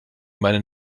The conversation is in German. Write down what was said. meinen